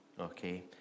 okay